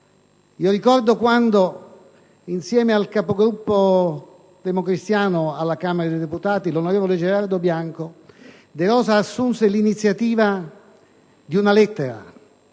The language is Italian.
Rammento quando, insieme al capogruppo democristiano alla Camera dei deputati, l'onorevole Gerardo Bianco, De Rosa assunse l'iniziativa di scrivere